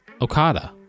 Okada